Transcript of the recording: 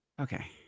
Okay